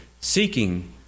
seeking